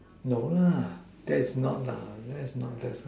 no lah that is not the that's not the